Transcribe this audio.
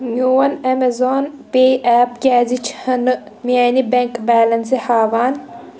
میون Amazon pay app کیٛازِ چھنہٕ میٲنہِ بیٚنک بیلینس ہاوان